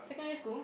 secondary school